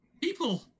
people